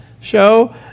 show